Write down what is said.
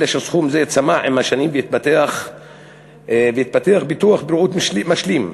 אלא שסכום זה צמח עם השנים והתפתח ביטוח בריאות משלים.